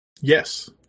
Yes